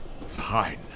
Fine